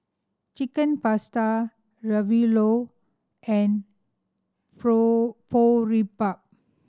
Chicken Pasta Ravioli and